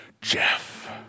Jeff